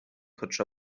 хоча